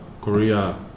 Korea